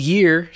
Year